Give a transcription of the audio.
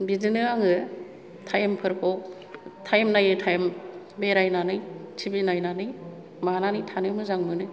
बिदिनो आङो टाइम फोरखौ टाइम नायै टाइम बेरायनानै टिबि नायनानै मानानै थानो मोजां मोनो